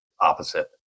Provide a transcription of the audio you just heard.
opposite